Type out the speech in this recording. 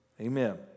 Amen